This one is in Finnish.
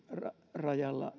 rajalla